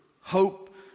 hope